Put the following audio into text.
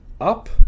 up